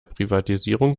privatisierung